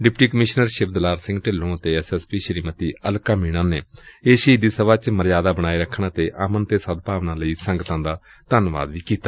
deputy commissioner Shivdular Singh Dhillon ਅਤੇ S S P Shrimati Alka Meena ਨੇ ਇਸ ਸ਼ਹੀਦੀ ਸਭਾ ਚ ਮਰਿਆਦਾ ਬਣਾਏ ਰੱਖਣ ਅਤੇ ਅਮਨ ਤੇ ਸਦਭਾਵਨਾ ਲਈ ਸੰਗਤਾਂ ਦਾ ਧੰਨਵਾਦ ਕੀਤਾ